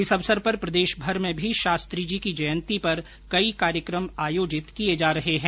इस अवसर पर प्रदेशभर में भी शास्त्रीजी की जयंती पर कई कार्यक्रम आयोजित किये जा रहे है